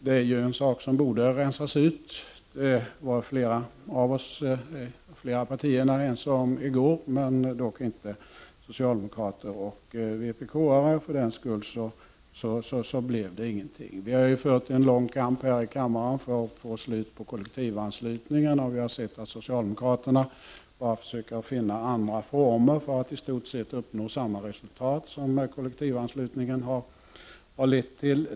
Det är en sak som borde rensas ut. Flera partier här var ense om det, dock inte socialdemokraterna och vpk-are. För den skull blev det ingenting. Vi har fört en lång kamp här i kammaren för att få slut på kollektivanslutningen. Vi ser att socialdemokraterna bara försöker finna andra former för att i stort sett uppnå samma resultat som kollektivanslutningen har lett till.